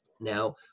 Now